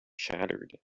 shattered